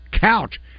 Couch